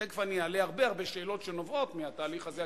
ותיכף אני אעלה הרבה הרבה שאלות שנובעות מהתהליך הזה,